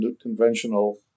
conventional